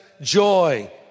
joy